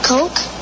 Coke